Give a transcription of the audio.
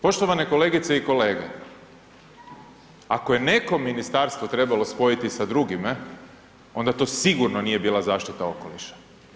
Poštovane kolegice i kolege, ako je neko ministarstvo trebalo spojiti sa drugime onda to sigurno nije bila zaštita okoliša.